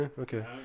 okay